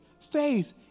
faith